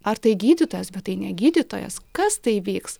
ar tai gydytojas bet tai ne gydytojas kas tai vyks